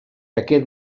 aquest